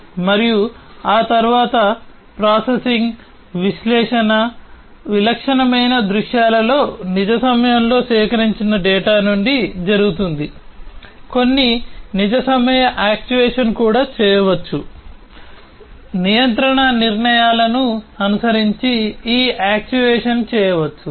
మరియు ఆ తరువాత ప్రాసెసింగ్ విశ్లేషణ అనుసరించి ఈ యాక్చుయేషన్ చేయవచ్చు